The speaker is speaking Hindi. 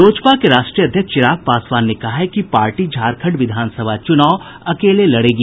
लोजपा के राष्ट्रीय अध्यक्ष चिराग पासवान ने कहा है कि पार्टी झारंखड विधानसभा चूनाव अकेले लड़ेगी